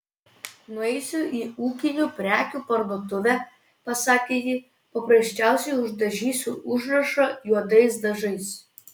nueisiu į ūkinių prekių parduotuvę pasakė ji paprasčiausiai uždažysiu užrašą juodais dažais